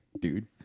dude